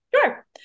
sure